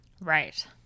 Right